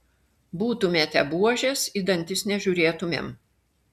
būtumėte buožės į dantis nežiūrėtumėm